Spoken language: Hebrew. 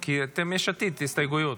כי אתם יש עתיד, והסתייגויות.